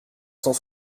cent